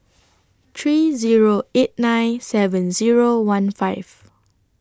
three Zero eight nine seven Zero one five